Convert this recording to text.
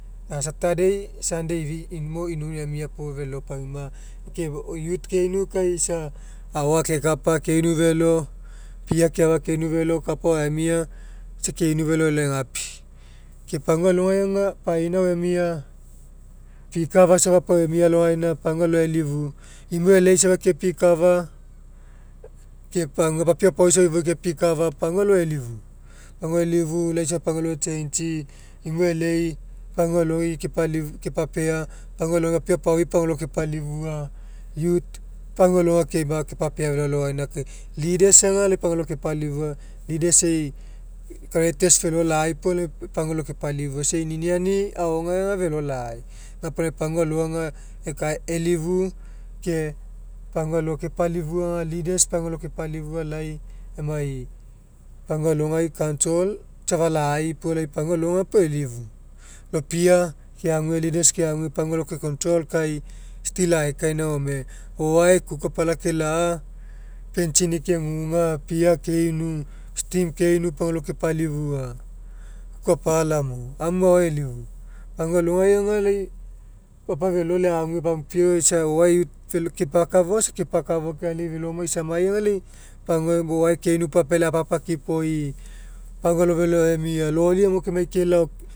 A saturday sunday ifi mo inuinu puo felo pauma ke i youth keinu kai isa ao akekapa kainu felo. Pia keafa keinu felo kapao aemia isa keinu felo elao egapi. Ke pagua alogai aga painao emia pikafa safa pau emia alogaina pagua alo elifu imoi e'elei safa kepikafa ke pagua papiau apaoi safa kepikafa pagua alo elifu pagua elifu lai inae pagua alo e'changei imoi e'elei pagua aloi kepalifua ke papea pagua alo papiau apaoi pagua alo kepalifua youth pagua alo akeima akepapea felo alogaina kai leaders aga lai pagua alo kepalifua leaders e'i characters feloi lai puo pagua aloi kepalifua isa e'i niniani aogai aga felo lai. Gapuo lai pagua alo aga ekae elifu ke pagua alo kepalifua aga leaders pagua alo kepalifua lai emai pagua alogai council afa lai puo lai pagua alo aga pau elifu. Lopia keague leaders keague pagua alo ake control kai still aekaina gome o'oae kuku apala kela'a pentsini keguga pia keinu steam keinu pagua alo kepalifua kuku apala mo amu maoai elifu pagua alogai aga lai o'oae fe fekepakafo aga isa kepakafo kai lai felonai isanai aga lai pagua o'oae keinu puo lai apealai apapakipoi pagua alo felo emia loli gamo kemai kelao